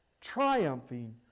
triumphing